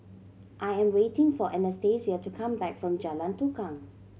I am waiting for Anastasia to come back from Jalan Tukang